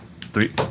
three